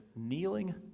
kneeling